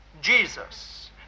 Jesus